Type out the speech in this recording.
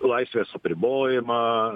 laisvės apribojimą